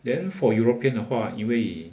then for european 的话因为